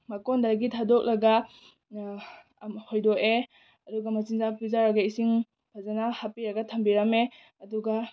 ꯃꯀꯣꯟꯗꯒꯤ ꯊꯥꯗꯣꯛꯂꯒ ꯍꯣꯏꯗꯣꯛꯑꯦ ꯑꯗꯨꯒ ꯃꯆꯤꯟꯖꯥꯛ ꯄꯤꯖꯔꯒ ꯏꯁꯤꯡ ꯐꯖꯅ ꯍꯥꯞꯄꯤꯔꯒ ꯊꯝꯕꯤꯔꯝꯃꯦ ꯑꯗꯨꯒ